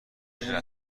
رسمی